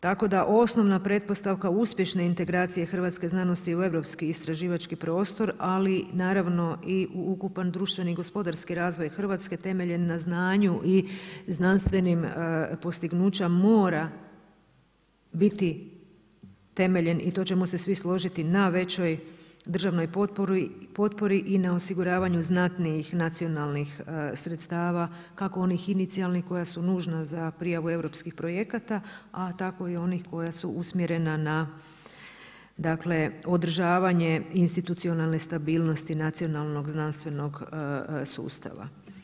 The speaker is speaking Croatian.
Tako da osnovna pretpostavka uspješne integracije Hrvatske znanosti u europski istraživački prostor ali naravno i u ukupan društveni gospodarski razvoj Hrvatske temeljen na znanju i znanstvenim postignućima mora biti temeljen i to ćemo se svi složiti na većoj državnoj potpori i na osiguravanju znatnijih nacionalnih sredstava kako onih inicijalnih koja su nužna za prijavu europskih projekata a tako i onih koja su usmjerena na, dakle održavanje institucionalne stabilnosti nacionalnog znanstvenog sustava.